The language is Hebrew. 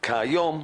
כיום,